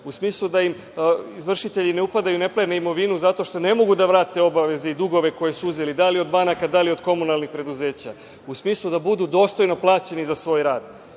u smislu da im izvršitelji ne upadaju i ne plene imovinu zato što ne mogu da vrate obaveze i dugove koje su uzeli, da li od banaka, da li od komunalnih preduzeća, u smislu da budu dostojno plaćeni za svoj rad.